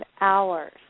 hours